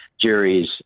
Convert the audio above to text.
juries